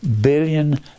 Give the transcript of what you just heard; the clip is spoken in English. billion